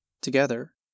together